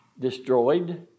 destroyed